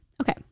okay